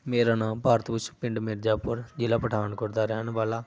ਮੇਰਾ ਨਾਮ ਭਾਰਤ ਭੂਸ਼ਣ ਪਿੰਡ ਮਿਰਜਾਪੁਰ ਜ਼ਿਲ੍ਹਾ ਪਠਾਨਕੋਟ ਦਾ ਰਹਿਣ ਵਾਲਾ